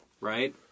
Right